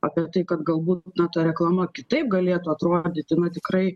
apie tai kad galbūt na ta reklama kitaip galėtų atrodyti na tikrai